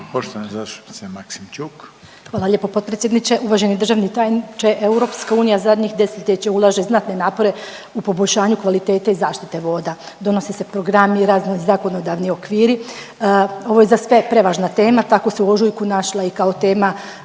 **Maksimčuk, Ljubica (HDZ)** Hvala lijepo potpredsjedniče. Uvaženi državni tajniče EU zadnjih desetljeća ulaže znatne napore u poboljšanju kvalitete i zaštite voda, donose se programi, razni zakonodavni okviri. Ovo je za sve prevažna tema, tako se u ožujku našla i kao tema